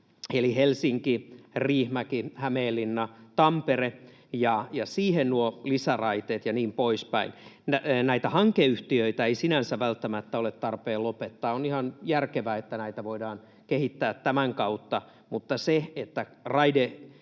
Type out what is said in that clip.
Helsinki—Riihimäki—Hämeenlinna—Tampere ja siihen lisäraiteet ja niin poispäin. Näitä hankeyhtiöitä ei sinänsä välttämättä ole tarpeen lopettaa. On ihan järkevää, että näitä voidaan kehittää tämän kautta, mutta se, että